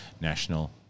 national